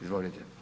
Izvolite.